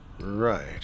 Right